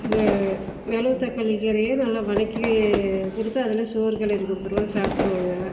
மெ மெளகு தக்காளி கீரையை நல்லா வதக்கி கொடுத்து அதிலே சோறு கிளறி கொடுத்துருவேன் சாப்பிட்ருவாங்க